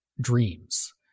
dreams